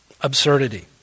absurdity